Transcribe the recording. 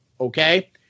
okay